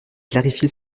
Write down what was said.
clarifier